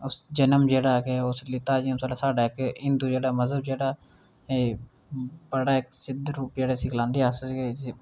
उस जन्म जेह्ड़ा केह् उस लैता साढ़ा कि हिंट जेह्ड़ा मजहब जेह्ड़ा बड़े सिद्ध रूपै बिच गलांदे अस कि